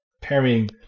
pairing